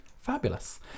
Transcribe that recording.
fabulous